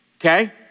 okay